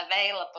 available